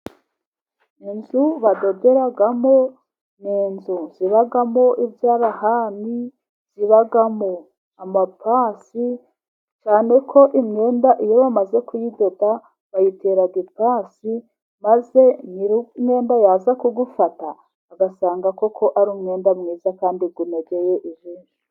Inzu badoderamo ni inzu zibamo ibyarahani, zibamo amapasi, cyane ko imyenda iyo bamaze kuyidoda bayitera ipasi, maze nyir'umwenda yaza kuwufata agasanga koko ari umwenda mwiza kandi unogeye ijisho.